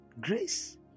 grace